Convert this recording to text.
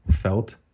felt